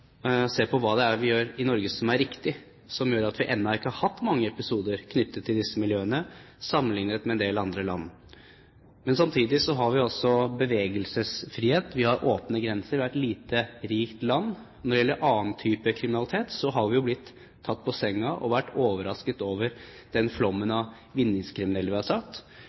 hva vi gjør i Norge som er riktig, se på det som gjør at vi ennå ikke har hatt mange episoder knyttet til disse miljøene sammenliknet med en del andre land. Samtidig har vi bevegelsesfrihet. Vi har åpne grenser. Vi er et lite, rikt land. Når det gjelder annen type kriminalitet, har vi jo blitt tatt på senga og vært overrasket over den flommen av